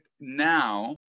now